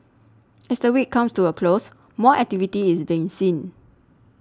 as the week comes to a close more activity is being seen